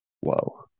Whoa